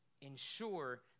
Ensure